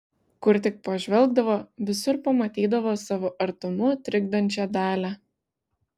kur tik pažvelgdavo visur pamatydavo savo artumu trikdančią dalią